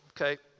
okay